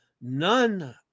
None